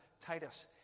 Titus